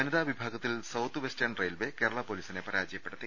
വനിതാ വിഭാഗത്തിൽ south western railway Kerala പൊലിസിനെ പരാജയപ്പെടുത്തി